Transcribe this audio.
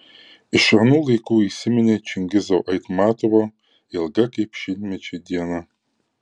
iš anų laikų įsiminė čingizo aitmatovo ilga kaip šimtmečiai diena